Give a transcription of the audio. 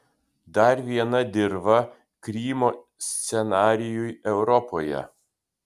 dar viena dirva krymo scenarijui europoje